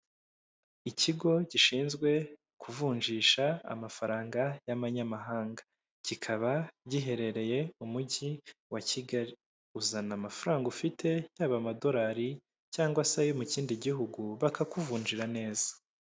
Ikigo gishinzwe kuvunjisha amafaranga y'amanyamahanga kikaba giherereye umujyi wa Kigali, uzana amafaranga ufite yaba amadolari cyangwa se yo mu kindi gihugu bakakuvunjira neza.